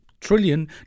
Trillion